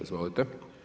Izvolite.